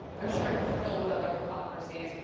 i'm sure i'm filled with other hypocrisies.